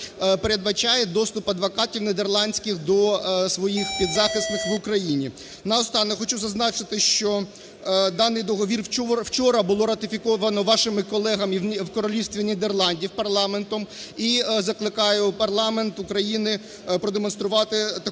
передбачає доступ адвокатів нідерландських до своїх підзахисних в Україні. Наостанок хочу зазначити, що даний договір вчора було ратифіковано вашими колегами в Королівстві Нідерландів, парламентом, і закликаю парламент України продемонструвати таку